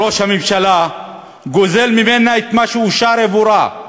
ראש הממשלה, גוזל ממנה את מה שאושר עבורה,